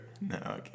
No